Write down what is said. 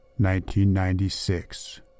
1996